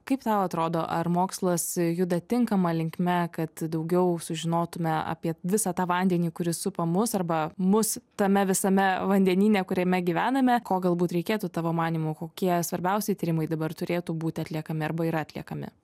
kaip tau atrodo ar mokslas juda tinkama linkme kad daugiau sužinotume apie visą tą vandenį kuris supa mus arba mus tame visame vandenyne kuriame gyvename ko galbūt reikėtų tavo manymu kokie svarbiausi tyrimai dabar turėtų būti atliekami arba yra atliekami